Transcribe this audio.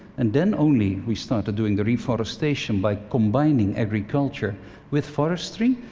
and then only, we started doing the reforestation by combining agriculture with forestry.